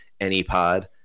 AnyPod